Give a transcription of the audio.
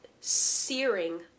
searing